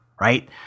Right